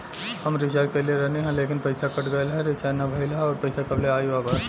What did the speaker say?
हम रीचार्ज कईले रहनी ह लेकिन पईसा कट गएल ह रीचार्ज ना भइल ह और पईसा कब ले आईवापस?